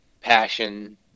passion